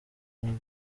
howard